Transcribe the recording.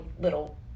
little